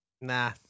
Nah